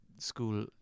School